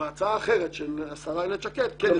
בהצעה האחרת של השרה איילת שקד כן יש שמירת סף.